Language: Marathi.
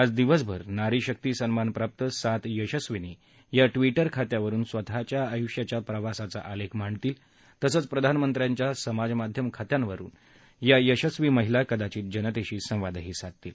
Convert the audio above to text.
आज दिवसभर नारी शक्ती सन्मानप्राप्त सात यशस्विनी या ट्विटर खात्यावरुन स्वतःच्या आयुष्याच्या प्रवासाचा आलेख मांडतील तसंच प्रधानंमत्र्यांच्या समाजमाध्यम खात्यांवरुन या यशस्वी महिला कदाचित जनतेशी संवाद साधतील